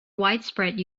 widespread